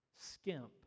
skimp